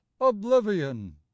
oblivion